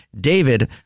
David